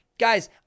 Guys